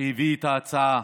שהביא את ההצעה,